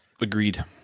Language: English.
Agreed